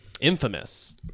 infamous